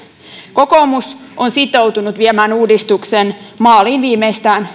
kokoomus on sitoutunut viemään uudistuksen maaliin viimeistään